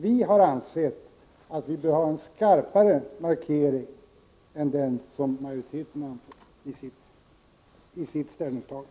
Vi har ansett att vi bör göra en skarpare markering än vad majoriteten gör.